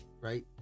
right